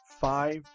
five